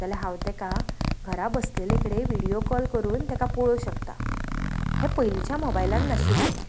जाल्यार हांव तेका घरा बसलेले कडेन विडयो कॉल करून तेका पोळो शकता हें पयलींच्या मोबायलान नाशिल्लें